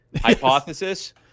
hypothesis